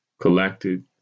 collected